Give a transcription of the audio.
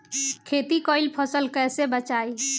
खेती कईल फसल कैसे बचाई?